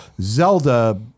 Zelda